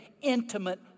intimate